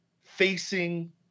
facing